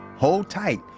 hold tight.